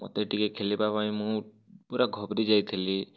ମୋତେ ଟିକେ ଖେଳିବା ପାଇଁ ମୁଁ ପୂରା ଘବ୍ରେଇ ଯାଇଥିଲି